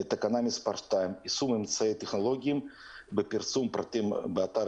יישום אמצעים טכנולוגיים בפרסום פרטים באתר